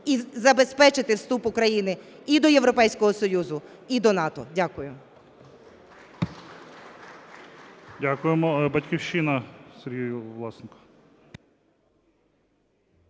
і забезпечити вступ України і до Європейського Союзу, і до НАТО. Дякую. ГОЛОВУЮЧИЙ. Дякуємо. "Батьківщина", Сергій Власенко.